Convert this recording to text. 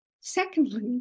Secondly